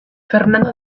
fernando